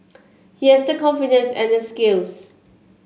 he has the confidence and the skills